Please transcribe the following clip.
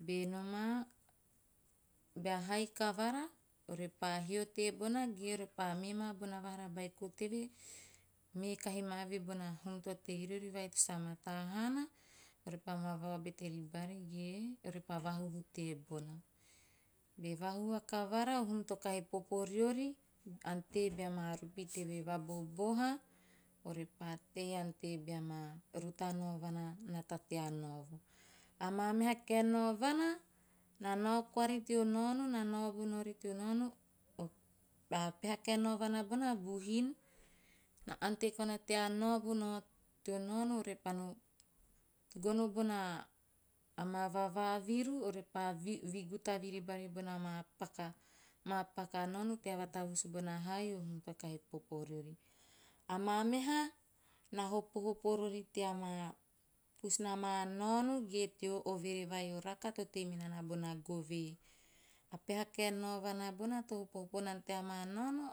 Be nomaa, bea hai kavara ore pa hio tebona, ge mee kahi ma bari bono vahara beiko teve, ge ore pa mee bari bono hum vai to tei riori to a mataa haana, repa ma vatei ribari ge orepa vahuhu tebona. Be vahuhu vakavara, o hum to kahi popo riori ante bea maa rupi teve va boboha, ore pa tei ante bea maa rutaa naovana nata tea naovo. Amaa meha kaen naovana na nao koari teo naono, na naovo koari teo naono. A peha kaen naovana bona a buhin, na ante koana tea naovo nao teo nao teo naono repa no gono bona, amaa vavaviru, orepa taviri bari bona maa paka - maa paka naono tea vatavus bona hao vai to kahi popo riori. Amaa meha, na hopohopo rori tea maa pusu na maa naono, ge teo overe vai o raka to tei minana bona gave. A peha kaen naovana bona to hopohopo nana tea maa naono,